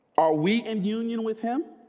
are we in union with him?